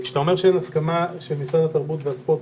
אתה אומר שאין הסכמה של משרד התרבות והספורט,